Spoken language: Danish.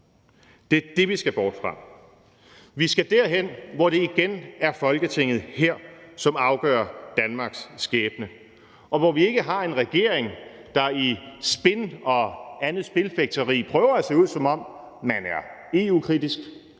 Det er det, vi skal bort fra. Vi skal derhen, hvor det igen er Folketinget her, som afgør Danmarks skæbne, og hvor vi ikke har en regering, der i spin og andet spilfægteri prøver at se ud, som om man er EU-kritisk,